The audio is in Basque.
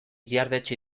ihardetsi